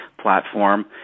platform